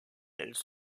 elles